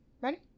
Ready